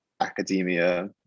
academia